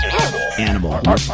animal